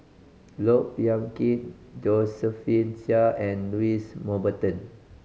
Look Yan Kit Josephine Chia and Louis Mountbatten